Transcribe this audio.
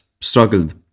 struggled